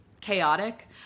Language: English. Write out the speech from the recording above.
chaotic